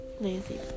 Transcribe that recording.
Lazy